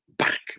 Back